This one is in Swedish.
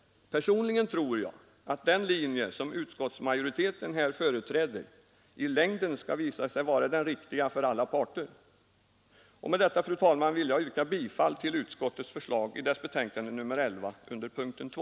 Personligen tror jag att den linje som utskottsmajoriteten här företräder i längden skall visa sig vara den riktiga för alla parter. Med detta, fru talman, vill jag yrka bifall till utskottets förslag under punkten 2 i betänkande nr 11.